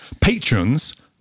Patrons